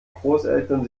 großeltern